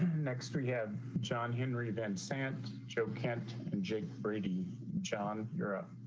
next rehab john henry van sant job can't enjoy brady john europe.